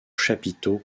chapiteaux